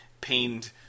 pained